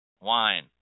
wine